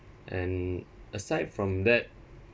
and aside from that